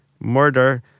murder